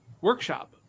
workshop